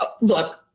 Look